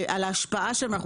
על ההשפעה שלהם,